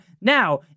Now